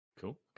Cool